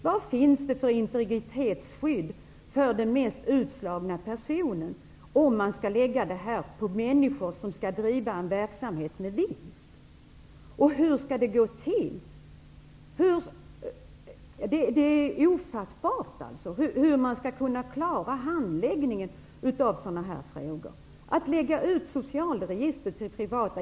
Vilket integritetsskydd finns det för den mest utslagna personen, om detta register skall läggas ut till människor som skall driva en verksamhet med vinst? Hur skall det gå till? Det är ofattbart att det skall gå att klara handläggningen av sådana här frågor.